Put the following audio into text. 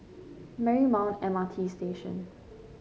Marymount M R T Station